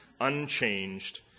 unchanged